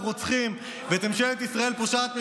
"רוצחים" ואת ממשלת ישראל "פושעת מלחמה"